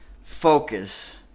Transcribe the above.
Focus